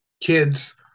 kids